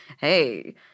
hey